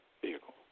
vehicle